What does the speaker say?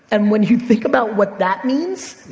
and when you think about what that means,